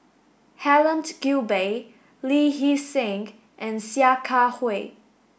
Helen Gilbey Lee Hee Seng and Sia Kah Hui